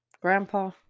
grandpa